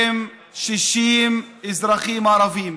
1,260 אזרחים ערבים,